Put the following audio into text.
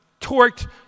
torqued